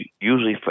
usually